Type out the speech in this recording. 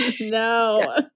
no